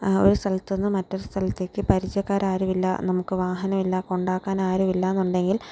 ഒരു സ്ഥലത്തു നിന്ന് മറ്റൊരു സ്ഥലത്തേക്ക് പരിചയക്കാരാരുമില്ല നമുക്ക് വാഹനമില്ല കൊണ്ടാക്കാനാരുമില്ല എന്നുണ്ടെങ്കിൽ